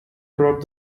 drop